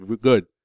good